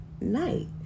night